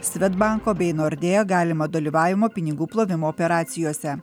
svedbanko bei nordėja galimo dalyvavimo pinigų plovimo operacijose